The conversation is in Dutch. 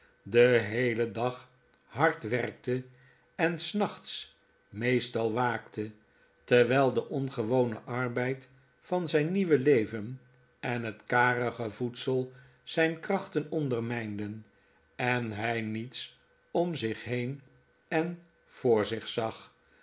den heelen dag hard werkte en s nachts meestal waakte terwijl de ongewone arbeid van zijn nieuwe leven en het karige voedsel zijn krachten ondermijnden en hij niets om zich heen en voor zich zag